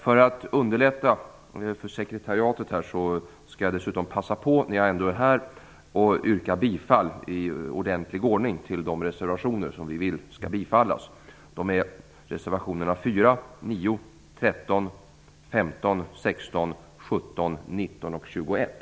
För att underlätta för sekretariatet skall jag passa på att yrka bifall i ordentlig ordning till reservationerna 4, 9, 13, 15, 16, 17, 19 och 21.